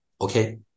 okay